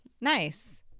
nice